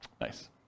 Nice